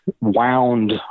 wound